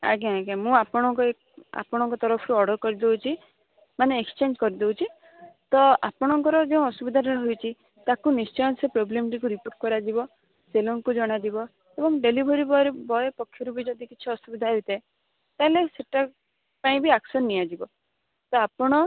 ଆଜ୍ଞା ଆଜ୍ଞା ମୁଁ ଆପଣଙ୍କୁ ଏଇ ଆପଣଙ୍କ ତରଫରୁ ଅର୍ଡ଼ର କରିଦେଉଛି ମାନେ ଏକ୍ସଚେଞ୍ଜ କରିଦେଉଛି ତ ଆପଣଙ୍କର ଯେଉଁ ଅସୁବିଧାଟା ହୋଇଛି ତାକୁ ନିଶ୍ଚୟ ସେ ପ୍ରୋବ୍ଲେମଟିକୁ ରିପୋର୍ଟ କରାଯିବ ସେଲରଙ୍କୁ ଜଣାଯିବ ଏବଂ ଡେଲିଭରି ବଏର ବଏ ପକ୍ଷରୁ ବି ଯଦି କିଛି ଅସୁବିଧା ହୋଇଥାଏ ତା'ହେଲେ ସେଇଟା ପାଇଁ ବି ଆକ୍ସନ୍ ନିଆଯିବ ତ ଆପଣ